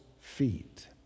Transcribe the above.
feet